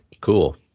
cool